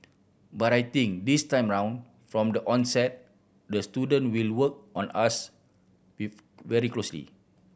but I think this time around from the onset the student will work on us with very closely